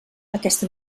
aquesta